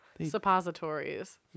Suppositories